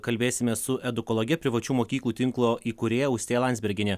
kalbėsimės su edukologė privačių mokyklų tinklo įkūrėja austėja landsbergiene